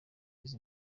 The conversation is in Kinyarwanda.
izi